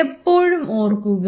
എപ്പോഴും ഓർക്കുക